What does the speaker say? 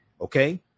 okay